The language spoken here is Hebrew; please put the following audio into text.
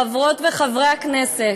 חברות וחברי הכנסת,